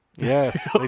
Yes